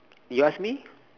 you ask me